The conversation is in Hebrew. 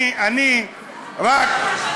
אני, אני --- זה מה שאתה רוצה,